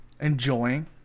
enjoying